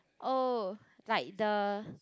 oh like the